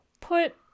put